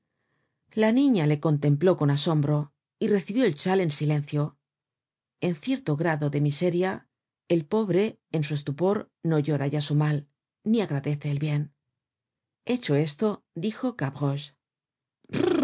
la niña le contempló con asombro y recibió el chai en silencio en cierto grado de miseria el pobre en su estupor no llora ya su mal ni agradece el bien hecho esto dijo